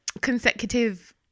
consecutive